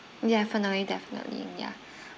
definitely definitely yeah